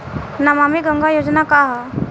नमामि गंगा योजना का ह?